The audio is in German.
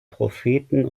propheten